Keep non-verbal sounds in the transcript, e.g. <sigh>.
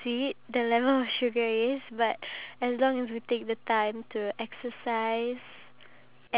ya same <laughs> okay let's talk about the buy your dad the perfect gift